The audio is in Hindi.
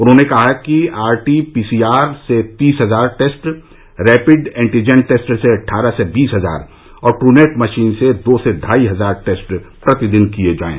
उन्होंने कहा कि आरटी पीसीआर से तीस हजार टेस्ट रैपिड एन्टीजन टेस्ट से अट्ठारह से बीस हजार और ट्रनेट मशीन से दो से ढाई हजार टेस्ट प्रतिदिन किए जाएं